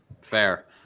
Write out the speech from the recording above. Fair